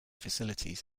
facilities